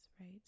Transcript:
right